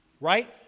Right